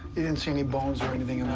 you didn't see any bones or anything